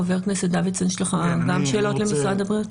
חבר הכנסת דוידסון, יש לך גם שאלות למשרד הבריאות?